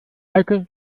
eike